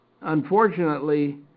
unfortunately